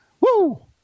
Woo